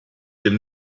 dem